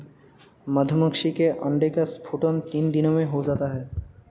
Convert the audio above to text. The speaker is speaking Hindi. मधुमक्खी के अंडे का स्फुटन तीन दिनों में हो जाता है